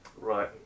Right